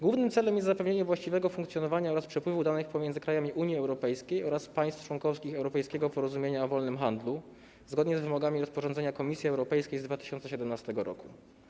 Głównym celem jest zapewnienie właściwego funkcjonowania oraz przepływu danych pomiędzy krajami Unii Europejskiej oraz państwami członkowskimi Europejskiego Porozumienia o Wolnym Handlu zgodnie z wymogami rozporządzenia Komisji Europejskiej z 2017 r.